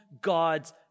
God's